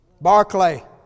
Barclay